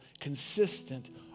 consistent